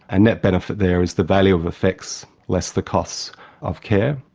and net benefit there is the value of effects less the cost of care.